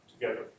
together